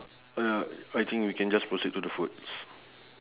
uh I think we can just proceed to the foods